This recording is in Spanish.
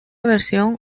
versión